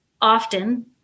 often